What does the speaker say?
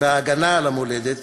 בהגנה על המולדת